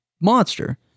monster